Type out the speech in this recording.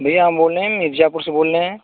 भैया हम बोल रहें हैं जयपुर से बोल रहे हैं